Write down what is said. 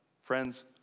friends